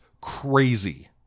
crazy